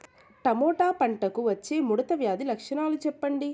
Tomato పంటకు వచ్చే ముడత వ్యాధి లక్షణాలు చెప్పండి?